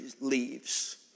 leaves